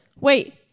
wait